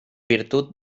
virtut